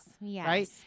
right